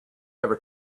ever